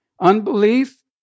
unbelief